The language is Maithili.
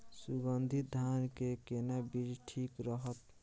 सुगन्धित धान के केना बीज ठीक रहत?